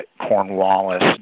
cornwallis